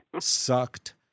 sucked